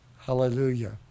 Hallelujah